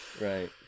Right